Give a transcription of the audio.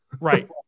Right